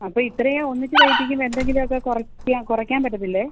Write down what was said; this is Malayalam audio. അപ്പോൾ ഇത്രയും ഒന്നിച്ച് തയ്പ്പിക്കുമ്പോൾ എന്തെങ്കിലുമൊക്കെ കുറയ്ക്കാൻ കുറയ്ക്കാൻ പറ്റില്ലേ